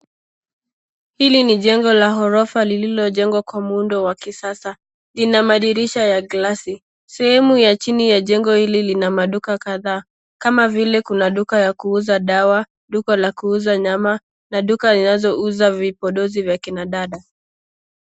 Hili ni jengo la ghorofa lililojengwa kwa muundo wa kisasa. Ina madirisha ya glasi. Sehemu ya chini ya jengo hili lina maduka kadhaa kama vile kuna duka ya kuuza dawa, duka la kuuza nyama na duka inazouza vipodozi vya kina dada.